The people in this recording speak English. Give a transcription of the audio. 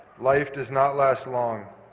life does not last long.